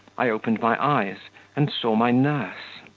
i opened my eyes and saw my nurse.